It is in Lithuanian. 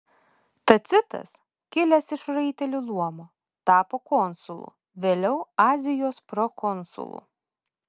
tacitas kilęs iš raitelių luomo tapo konsulu vėliau azijos prokonsulu